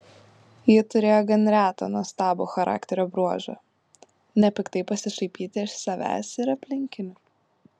ji turėjo gan retą nuostabų charakterio bruožą nepiktai pasišaipyti iš savęs ir aplinkinių